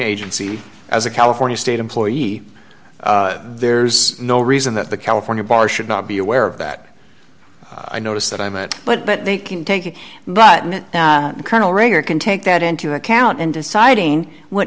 agency as a california state employee there's no reason that the california bar should not be aware of that i notice that i'm a but but they can take it but colonel raider can take that into account in deciding what